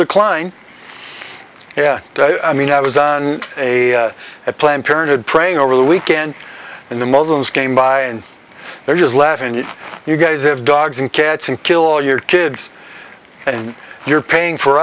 decline yeah i mean i was on a at planned parenthood praying over the weekend in the muslims came by and there was left and you guys have dogs and cats and kill all your kids and you're paying for